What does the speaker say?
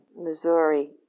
Missouri